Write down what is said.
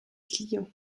clients